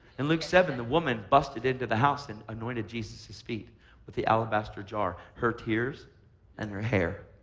and luke seven, the woman busted into the house and anointed jesus' feet with the alabaster jar, her tears and her hair.